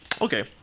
okay